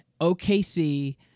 OKC